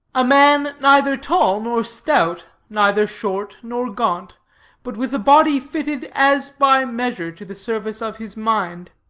a man neither tall nor stout, neither short nor gaunt but with a body fitted, as by measure, to the service of his mind.